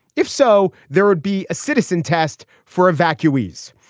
if so there would be a citizen test for evacuees.